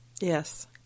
yes